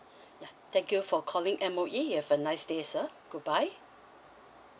ya thank you for calling M_O_E you have a nice day sir goodbye